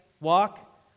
walk